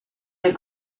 del